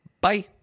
Bye